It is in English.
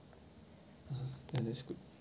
ya that's good